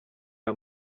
aya